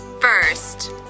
First